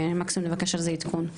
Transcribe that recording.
ומקסימום נבקש על זה עדכון.